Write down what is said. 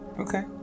Okay